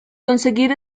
conseguir